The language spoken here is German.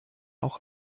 auch